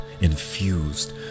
infused